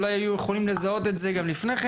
אולי היו יכולים לזהות את זה גם לפני כן